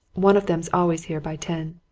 one of them's always here by ten.